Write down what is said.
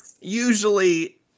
usually